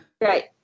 Right